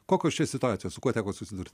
kokios čia situacijos su kuo teko susidurt